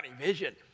vision